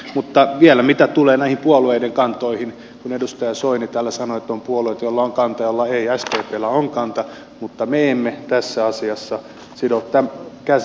mutta vielä mitä tulee näihin puolueiden kantoihin kun edustaja soini täällä sanoi että on puolueita joilla on kantoja ja puolueita joilla ei sdpllä on kanta mutta me emme tässä asiassa sido käsiä